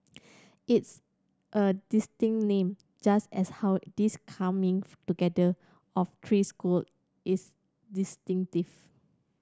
it's a distinctive name just as how this coming together of three school is distinctive